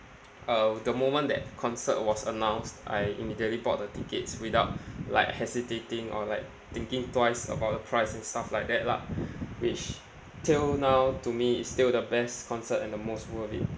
uh the moment that concert was announced I immediately bought the tickets without like hesitating or like thinking twice about the price and stuff like that lah which till now to me is still the best concert and the most worth it